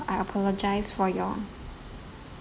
I apologise for your